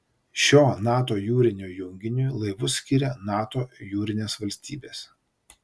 šio nato jūrinio junginiui laivus skiria nato jūrinės valstybės